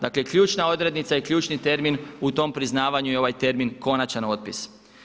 Dakle ključna odrednica i ključni termin u tom priznavanju je ovaj termin konačan otpis.